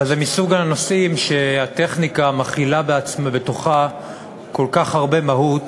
אבל זה מסוג הנושאים שהטכניקה מכילה בתוכה כל כך הרבה מהות,